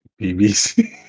BBC